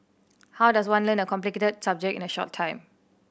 how does one learn a complicated subject in a short time